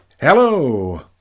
Hello